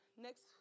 next